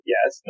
Yes